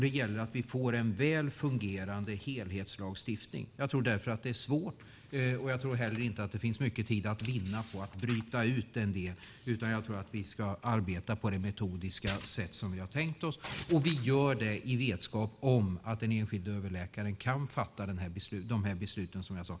Det gäller att vi får en väl fungerande helhetslagstiftning. Jag tror därför att det är svårt - jag tror heller inte att det finns mycket tid att vinna på det - att bryta ut en del. Jag tror att vi ska arbeta på det metodiska sätt som vi har tänkt oss. Och vi gör det i vetskap om att en enskild överläkare kan fatta de här besluten, som jag sade.